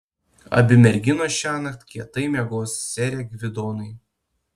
abi merginos šiąnakt kietai miegos sere gvidonai